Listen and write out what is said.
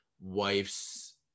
wife's